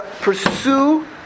pursue